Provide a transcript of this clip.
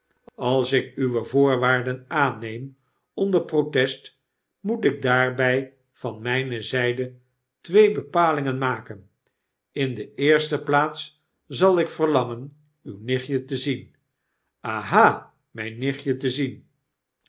als ik uwe voorwaarden aanneem onder protest moet ik daarbij van mijne zijde twee bepalingen maken in de eerste plaats zal ik verlangen uw nichtje te zien aha mijn nichtje te zien